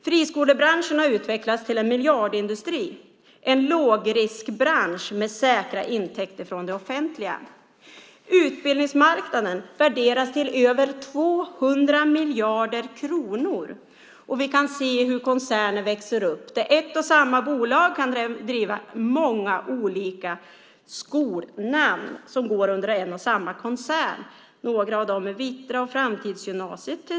Friskolebranschen har utvecklats till en miljardindustri, en lågriskbransch med säkra intäkter från det offentliga. Utbildningsmarknaden värderas till över 200 miljarder kronor, och vi kan se hur koncerner växer fram. Ett och samma bolag kan driva många olika skolor som ingår i samma koncern. Några av dem är Vittra och Framtidsgymnasiet.